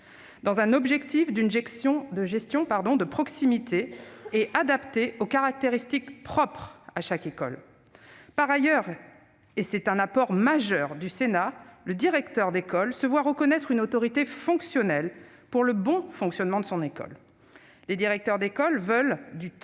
dans la perspective d'une gestion de proximité adaptée aux caractéristiques propres à chaque école. Par ailleurs, et c'est un apport majeur du Sénat, le directeur d'école se voit reconnaître une autorité fonctionnelle pour le bon fonctionnement de son école. Les directeurs d'école veulent du temps,